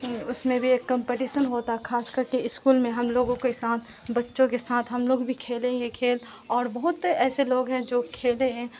اس میں بھی ایک کمپٹیشن ہوتا ہے خاص کر کے اسکول میں ہم لوگوں کے ساتھ بچوں کے ساتھ ہم لوگ بھی کھیلے ہیں کھیل اور بہت ایسے لوگ ہیں جو کھیلے ہیں